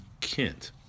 Kent